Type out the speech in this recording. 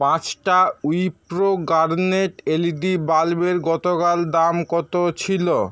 পাঁচটা Wipro garnet LED বাল্বের গতকাল দাম কতো ছিলো